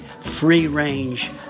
free-range